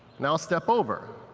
now step over.